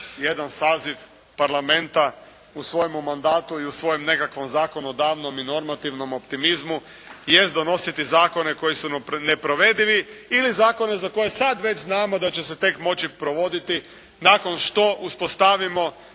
jedan saziv parlamenta u svojem mandatu u svojem nekakvom zakonodavnom i normativnom optimizmu jest donositi zakone koji su neprovedivi ili zakone za koje sada već znamo da će se moći provoditi nakon što uspostavimo